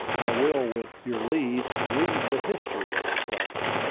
i will, with your leave, read the history of the place.